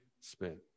spent